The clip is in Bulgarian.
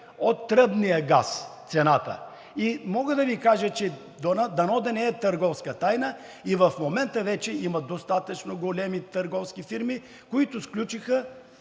от тръбния газ – цената? И мога да Ви кажа, че дано да не е търговска тайна, и в момента вече има достатъчно големи търговски фирми, които сключиха